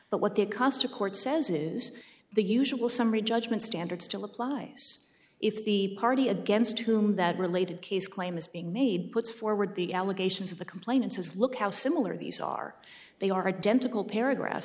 but what they cost a court says is the usual summary judgment standard still applies if the party against whom that related case claim is being made puts forward the allegations of the complainant says look how similar these are they are identical paragraphs